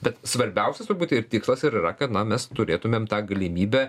bet svarbiausias turbūt ir tikslas ir yra kad na mes turėtumėm tą galimybę